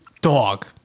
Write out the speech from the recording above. Dog